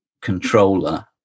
controller